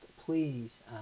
please